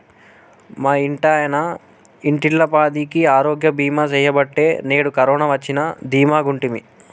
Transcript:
మా ఇంటాయన ఇంటిల్లపాదికి ఆరోగ్య బీమా సెయ్యబట్టే నేడు కరోన వచ్చినా దీమాగుంటిమి